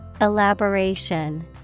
Elaboration